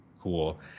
cool